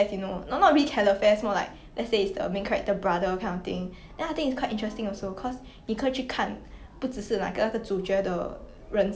I heard before but 我没有看